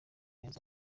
neza